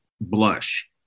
blush